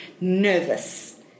nervous